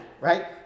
right